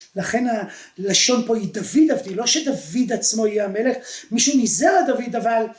לכן הלשון פה היא דוד אבי, לא שדוד עצמו יהיה המלך, מישהו ניזהר על דוד, אבל...